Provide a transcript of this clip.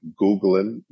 Googling